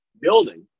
building